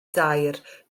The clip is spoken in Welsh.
dair